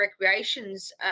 recreations